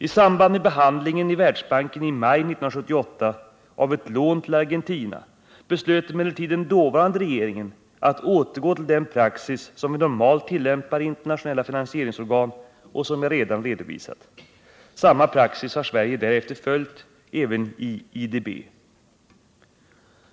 I samband med behandlingen i Världsbanken i maj 1978 av ett lån till Argentina beslöt emellertid den dåvarande regeringen att återgå till den praxis som vi normalt tillämpar i internationella finansieringsorgan och som jag redan redovisat. Samma praxis har Sverige därefter följt även i IDB.